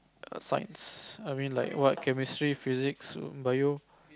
err science I mean like what chemistry physics um Bio